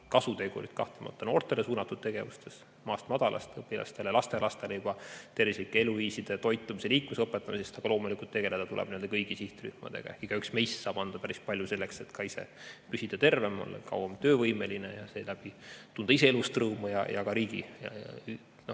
kasutegurit kahtlemata noortele suunatud tegevustes, maast madalast õpilastele, lastelastele juba tervislike eluviiside, toitumise ja liikumise õpetamises. Aga loomulikult tuleb tegeleda kõigi sihtrühmadega. Igaüks meist saab anda päris palju selleks, et püsida tervem, olla kauem töövõimeline ning seeläbi tunda ise elust rõõmu ja ka riigi